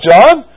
John